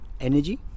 energy